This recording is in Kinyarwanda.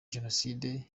jenoside